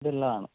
ഉള്ളതാണ്